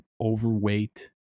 overweight